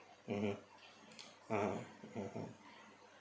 mmhmm (uh huh) mmhmm